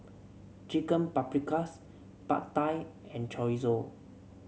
Chicken Paprikas Pad Thai and Chorizo